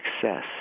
success